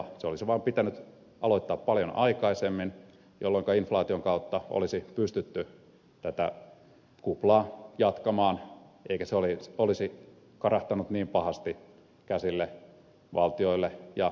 se olisi vaan pitänyt aloittaa paljon aikaisemmin jolloinka inflaation kautta olisi pystytty tätä kuplaa jatkamaan eikä se olisi karahtanut niin pahasti käsille valtioille ja yksityishenkilöille